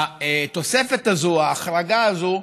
התוספת הזאת, ההחרגה הזאת,